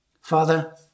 Father